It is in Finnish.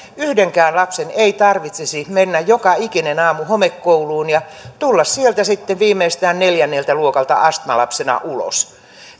yhdenkään lapsen ei tarvitsisi mennä joka ikinen aamu homekouluun ja tulla sieltä sitten viimeistään neljänneltä luokalta astmalapsena ulos